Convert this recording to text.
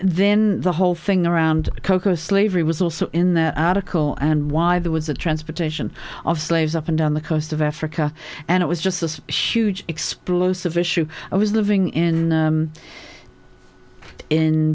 then the whole thing around cocoa slavery was also in their article and why there was a transportation of slaves up and down the coast of africa and it was just this huge explosive issue i was living in